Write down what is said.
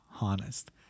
honest